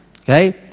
Okay